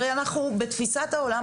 הרי אנחנו בתפיסת העולם,